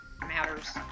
matters